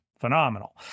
phenomenal